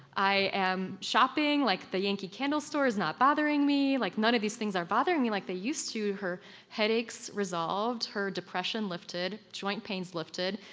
i am shopping, like the yankee candle store is not bothering me, like none of these things are bothering me like they used to. her headaches resolved, her depression lifted, joint pains lifted,